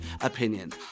opinion